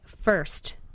first